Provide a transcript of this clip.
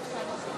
אדוני